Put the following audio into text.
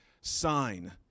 sign